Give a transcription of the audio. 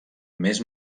més